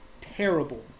Terrible